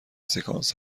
سکانس